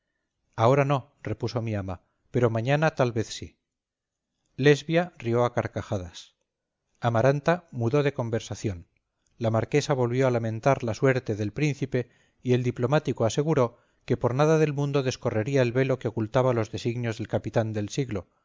ahora no repuso mi ama pero mañana tal vez sí lesbia rió a carcajadas amaranta mudó de conversación la marquesa volvió a lamentar la suerte del príncipe y el diplomático aseguró que por nada del mundo descorrería el velo que ocultaba los designios del capitán del siglo